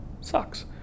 sucks